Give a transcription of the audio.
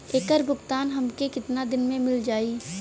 ऐकर भुगतान हमके कितना दिन में मील जाई?